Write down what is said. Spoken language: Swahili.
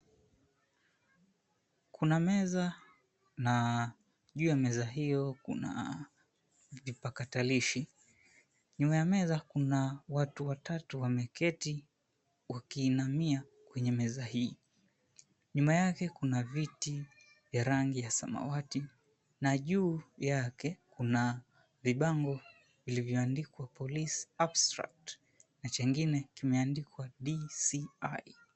Kuna meza na juu ya meza hiyo, kuna vipakatalishi. Nyuma ya meza kuna watu watatu wameketi wakiinamia kwenye meza hii. Nyuma yake kuna viti vya rangi ya samawati, na juu yake kuna vibango vilivyoandikwa Police Abstract na chengine kimeandikwa DCI.